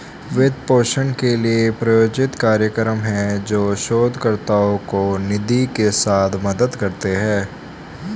वित्त पोषण के लिए, प्रायोजित कार्यक्रम हैं, जो शोधकर्ताओं को निधि के साथ मदद करते हैं